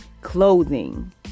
clothing